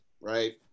right